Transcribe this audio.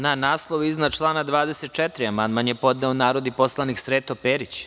Na naslov iznad člana 24. amandman je podneo narodni poslanik Sreto Perić.